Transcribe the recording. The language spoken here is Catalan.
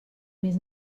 més